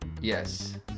Yes